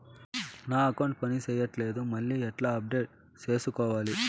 నా అకౌంట్ పని చేయట్లేదు మళ్ళీ ఎట్లా అప్డేట్ సేసుకోవాలి?